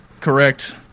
Correct